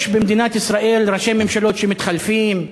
יש במדינת ישראל ראשי ממשלות שמתחלפים,